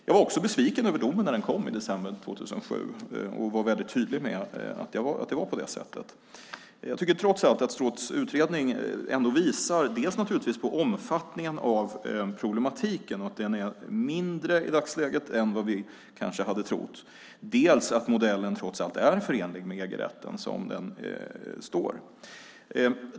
Jag var också besviken över domen när den kom i december 2007, och jag var tydlig med det. Jag tycker att Stråths utredning ändå visar dels på omfattningen av problematiken, som är mindre i dagsläget än vi kanske hade trott, dels på att modellen trots allt är förenlig med EG-rätten.